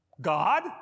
God